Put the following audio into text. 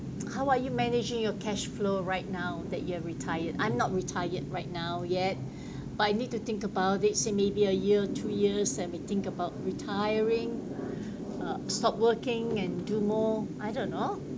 how about you managing your cash flow right now that you have retired I'm not retired right now yet but I need to think about it say maybe a year two years I may think about retiring uh stop working and do more I don't know